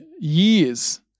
years